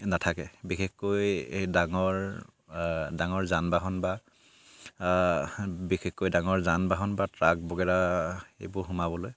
নাথাকে বিশেষকৈ ডাঙৰ ডাঙৰ যান বাহন বা বিশেষকৈ ডাঙৰ যান বাহন বা ট্ৰাক এইবোৰ সোমাবলৈ